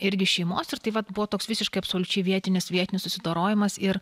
irgi šeimos ir tai vat buvo toks visiškai absoliučiai vietinis vietinių susidorojimas ir